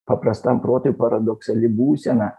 paprastam protui paradoksali būsena